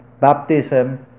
baptism